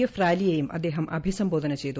F റാലിയെയും അദ്ദേഹം അഭിസംബോധന ചെയ്തു